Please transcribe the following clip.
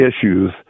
issues